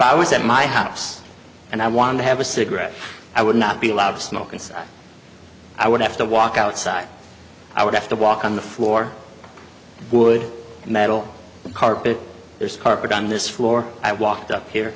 i was at my house and i want to have a cigarette i would not be allowed smoking so i would have to walk outside i would have to walk on the floor wood and metal carpet there's carpet on this floor i walked up here